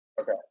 Okay